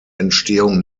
entstehung